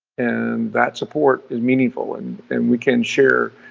and that support is meaningful and and we can share.